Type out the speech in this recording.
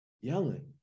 yelling